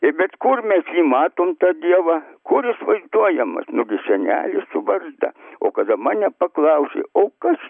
ir bet kur mes jį matom tą dievą kur jis vaizduojamas nu gi senelis su barzda o kada mane paklausė o kas